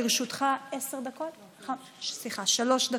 לרשותך שלוש דקות.